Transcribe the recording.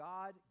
God